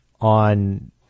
on